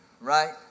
right